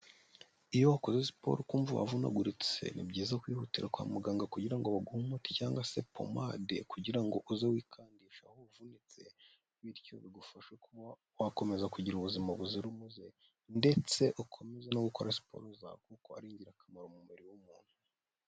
Iyo wakoze siporo ukumva wavunaguritse, ni byiza kwihutira kwa muganga, kugira ngo baguhe umuti cyangwa se pomade, kugira ngo uze wikandisha aho uvunitse, bityo bigufasha kuba wakomeza kugira ubuzima buzira umuze, ndetse ukomeze no gukora siporo zawe, kuko ari ingirakamaro mu mubiri w'umuntu.